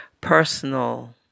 personal